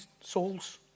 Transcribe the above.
souls